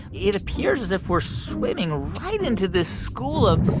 it appears as if we're swimming right into this school of.